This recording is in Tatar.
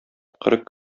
кырык